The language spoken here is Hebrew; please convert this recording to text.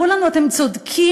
אמרו לנו: אתם צודקים,